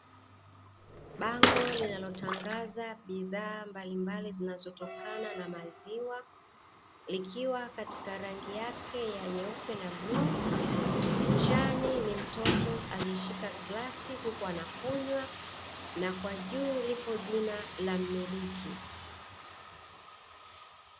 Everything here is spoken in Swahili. Bango linalotangaza bidhaa mbalimbali zinazotokana na maziwa, likiwa katika rangi yake nyeupe na bluu, pichani ni mtoto aliyeshika glasi huku anakunywa na kwa juu lipo jina la mmiliki.